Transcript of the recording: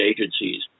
agencies